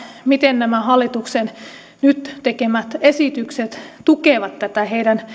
miten nämä hallituksen nyt tekemät esitykset tukevat tätä